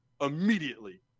immediately